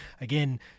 Again